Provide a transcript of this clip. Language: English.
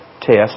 test